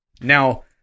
Now